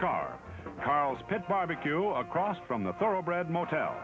pit barbecue across from the thoroughbred motel